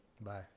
Bye